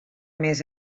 més